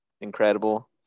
Incredible